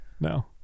No